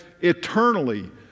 eternally